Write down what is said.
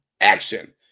action